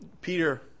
Peter